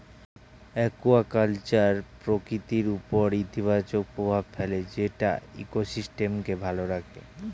aquaculture প্রকৃতির উপর ইতিবাচক প্রভাব ফেলে যেটা ইকোসিস্টেমকে ভালো রাখে